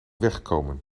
wegkomen